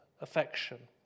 affection